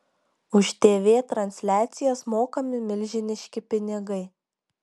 už tv transliacijas mokami milžiniški pinigai